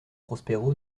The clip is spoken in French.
prospero